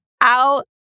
out